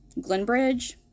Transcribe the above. glenbridge